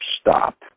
stop